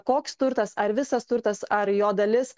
koks turtas ar visas turtas ar jo dalis